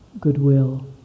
goodwill